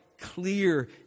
clear